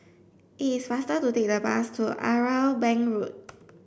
it is faster to take the bus to Irwell Bank Road